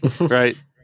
right